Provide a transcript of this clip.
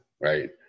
right